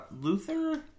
Luther